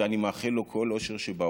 ואני מאחל לו את כל העושר שבעולם,